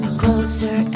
closer